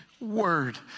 word